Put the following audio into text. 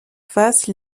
phase